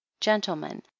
gentlemen